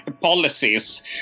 policies